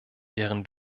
wären